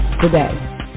today